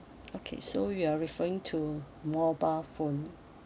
okay so you're referring to mobile phone